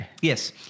Yes